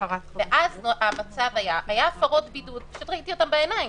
היו הפרות בידוד שראיתי בעיניי.